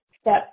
step